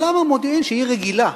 אבל למה מודיעין, שהיא עיר רגילה,